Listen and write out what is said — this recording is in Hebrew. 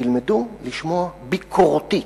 תלמדו לשמוע ביקורתית,